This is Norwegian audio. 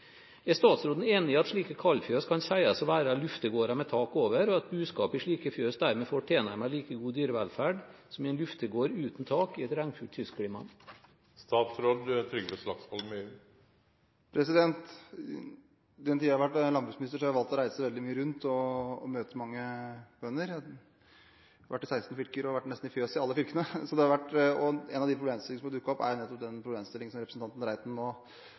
Er statsråden enig i at slike kaldfjøs kan sies å være luftegårder med tak over, og at buskap i slike fjøs dermed får tilnærmet like god dyrevelferd som i en luftegård uten tak i et regnfylt kystklima? I den tiden jeg har vært landbruksminister, har jeg valgt å reise veldig mye rundt og møte mange bønder. Jeg har vært i 16 fylker og har vært i fjøs nesten i alle fylkene. En av de problemstillingene som har dukket opp, er nettopp den problemstillingen som representanten Reiten nå